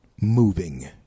moving